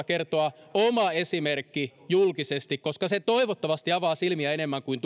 kertoa oma esimerkki julkisesti koska se toivottavasti avaa silmiä enemmän kuin